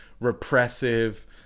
repressive